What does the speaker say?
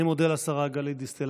אני מודה לשרה גלית דיסטל